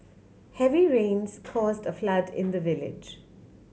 heavy rains caused a flood in the village